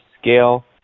scale